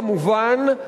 כמובן,